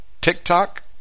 TikTok